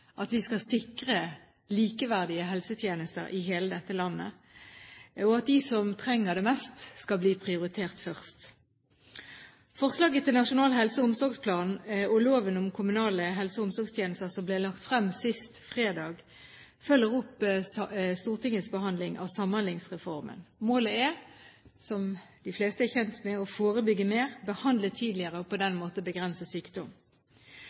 at vi skal sikre likeverdige helsetjenester i hele dette landet, og at de som trenger det mest, skal bli prioritert først. Forslaget til Nasjonal helse- og omsorgsplan og lov om kommunale helse- og omsorgstjenester, som ble lagt frem sist fredag, følger opp Stortingets behandling av Samhandlingsreformen. Målet er – som de fleste er kjent med – å forebygge mer, behandle tidligere, og på den måten begrense sykdom.